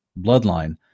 bloodline